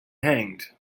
hanged